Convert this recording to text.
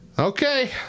Okay